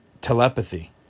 telepathy